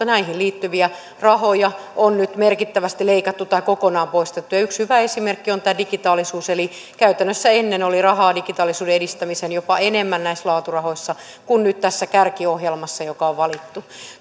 näihin liittyviä rahoja on nyt merkittävästi leikattu tai kokonaan poistettu yksi hyvä esimerkki on tämä digitaalisuus eli käytännössä ennen oli rahaa digitaalisuuden edistämiseen jopa enemmän näissä laaturahoissa kuin nyt tässä kärkiohjelmassa joka on valittu